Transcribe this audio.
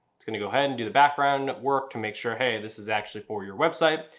it's going to go ahead and do the background work to make sure hey this is actually for your website.